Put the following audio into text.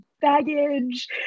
baggage